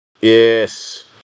Yes